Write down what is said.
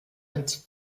als